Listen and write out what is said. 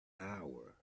hour